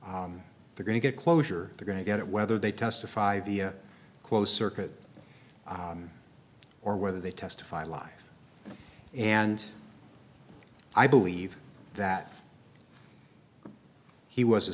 they're going to get closure they're going to get it whether they testify via closed circuit or whether they testify live and i believe that he was